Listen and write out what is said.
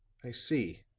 i see.